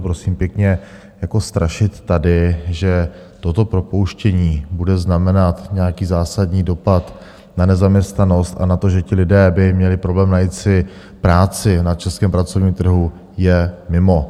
Prosím pěkně, strašit tady, že toto propouštění bude znamenat nějaký zásadní dopad na nezaměstnanost a na to, že ti lidé by měli problém najít si práci na českém pracovním trhu, je mimo.